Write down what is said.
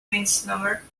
misnomer